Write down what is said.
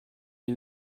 die